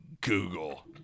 Google